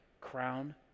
crown